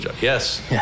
Yes